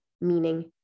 meaning